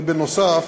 ובנוסף,